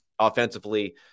offensively